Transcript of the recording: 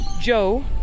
joe